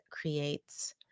creates